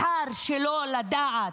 בחר שלא לדעת".